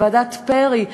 לוועדת פרי?